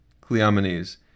Cleomenes